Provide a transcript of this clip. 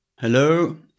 Hello